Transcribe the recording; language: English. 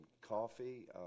coffee